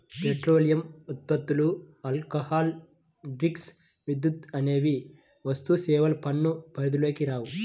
petroleum ఉత్పత్తులు, alcohol drinks, విద్యుత్ అనేవి వస్తుసేవల పన్ను పరిధిలోకి రావు